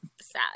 sad